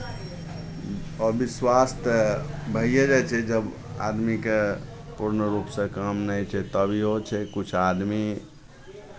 अविश्वास तऽ भइए जाइ छै जब आदमीके पूर्ण रूपसँ काम नहि होइ छै तब इहो छै किछु आदमी